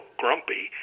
grumpy